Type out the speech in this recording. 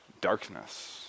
Darkness